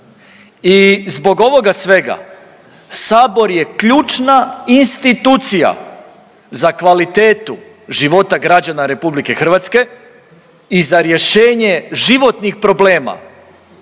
I zbog ovoga svega sabor je ključna institucija za kvalitetu života građana RH i za rješenje životnih problema.